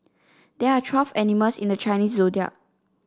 there are twelve animals in the Chinese Zodiac